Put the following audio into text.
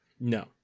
No